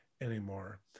anymore